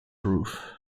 roof